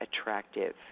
attractive